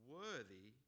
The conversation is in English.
worthy